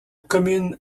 commune